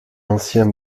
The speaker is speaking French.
ancien